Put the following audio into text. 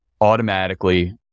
automatically